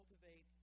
cultivate